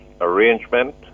arrangement